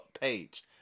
page